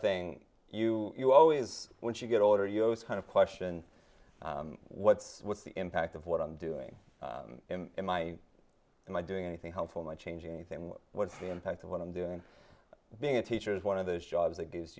thing you you always when you get older yos kind of question what's what's the impact of what i'm doing in my in my doing anything helpful not changing anything what's the impact of what i'm doing being a teacher is one of those jobs that gives